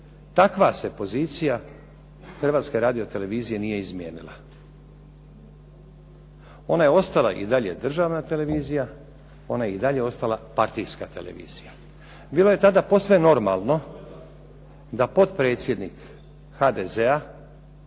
takva se pozicija Hrvatske radiotelevizije nije izmijenila. Ona je ostala i dalje državna televizija, ona je i dalje ostala partijska televizija. Bilo je tada posve normalno da potpredsjednik HDZ-a